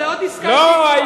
איפה אתם,